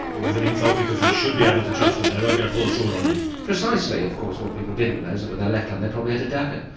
it was an insult because you should be able to trust them, they weren't going to pull a sword on you. precisely. of course what people didn't know is that with their left hand they probably had a dagger.